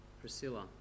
Priscilla